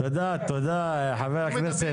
האחים המוסלמים פתאום החברים הקרובים שלך,